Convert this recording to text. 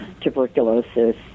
tuberculosis